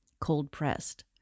cold-pressed